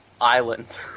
islands